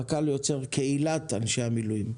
הפק"ל יוצר קהילת אנשי מילואים.